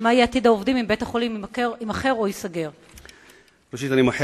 3. מה יהיה עתיד העובדים אם בית-החולים יימכר או ייסגר?